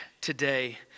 today